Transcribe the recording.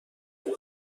بگیر